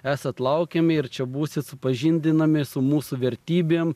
esat laukiami ir čia būsit supažindinami su mūsų vertybėm